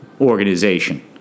organization